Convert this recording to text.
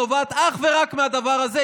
נובעת אך ורק מהדבר הזה.